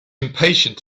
impatient